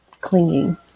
clinging